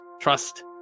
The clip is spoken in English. Trust